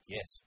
Yes